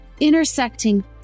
intersecting